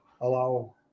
allow